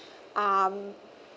um